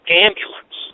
ambulance